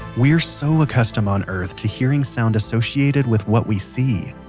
we're so accustomed on earth to hearing sound associated with what we see.